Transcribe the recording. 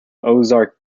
ozark